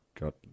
Got